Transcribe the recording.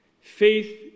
faith